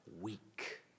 weak